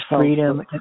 freedom